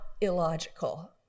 illogical